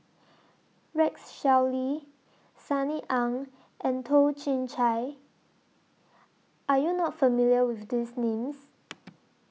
Rex Shelley Sunny Ang and Toh Chin Chye Are YOU not familiar with These Names